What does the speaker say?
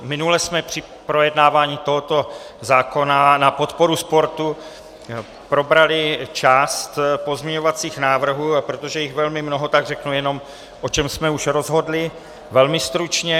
Minule jsme při projednávání tohoto zákona na podporu sportu probrali část pozměňovacích návrhů, a protože jich je velmi mnoho, tak řeknu jenom, o čem jsme už rozhodli velmi stručně.